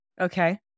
Okay